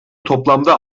toplamda